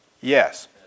Yes